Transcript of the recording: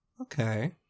Okay